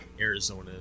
Arizona